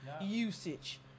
usage